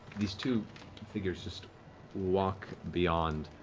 these two figures just walk beyond.